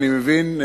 אני מבין,